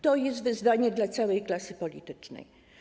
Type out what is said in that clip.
To jest wyzwanie dla całej klasy politycznej.